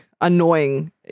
annoying